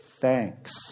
thanks